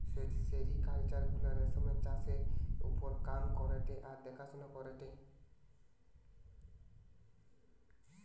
sericulture গুলা রেশমের চাষের ওপর কাম করেটে আর দেখাশোনা করেটে